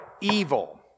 evil